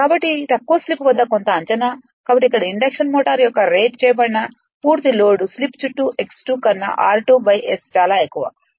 కాబట్టి తక్కువ స్లిప్ వద్ద కొంత అంచనా కాబట్టి ఇండక్షన్ మోటారు యొక్క రేట్ చేయబడిన పూర్తి లోడ్ స్లిప్ చుట్టూ x 2కన్నా r2 S చాలా ఎక్కువ